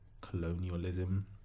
colonialism